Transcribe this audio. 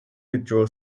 withdraw